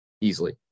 easily